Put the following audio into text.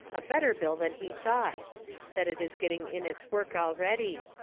a better bill than he thought that it is getting in its work already.